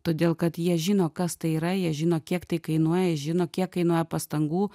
todėl kad jie žino kas tai yra jie žino kiek tai kainuoja jie žino kiek kainuoja pastangų